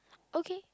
okay